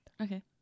okay